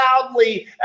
loudly